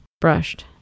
brushed